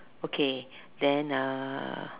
okay then uh